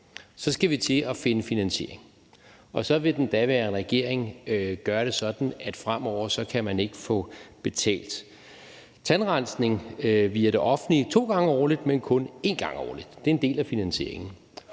Så skal vi til at finde finansiering, og så vil den daværende regering gøre det sådan, at fremover kan man ikke få betalt tandrensning via det offentlige to gange årligt, men kun én gang årligt. Det er en del af finansieringen.